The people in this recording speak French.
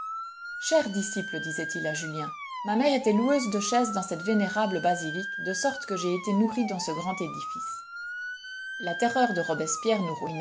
cher disciple disait-il à julien ma mère était loueuse de chaises dans cette vénérable basilique de sorte que j'ai été nourri dans ce grand édifice la terreur de robespierre